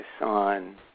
on